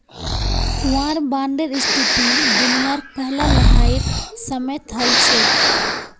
वार बांडेर स्थिति दुनियार पहला लड़ाईर समयेत हल छेक